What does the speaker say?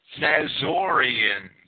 Nazorians